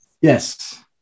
Yes